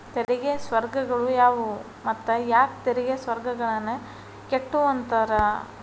ತೆರಿಗೆ ಸ್ವರ್ಗಗಳು ಯಾವುವು ಮತ್ತ ಯಾಕ್ ತೆರಿಗೆ ಸ್ವರ್ಗಗಳನ್ನ ಕೆಟ್ಟುವಂತಾರ